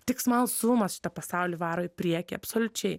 tik smalsumas šitą pasaulį varo į priekį absoliučiai